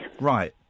Right